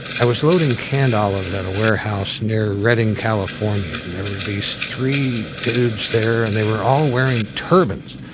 i was loading canned olives at a warehouse near redding, california, and there were these three dudes there, and they were all wearing turbans.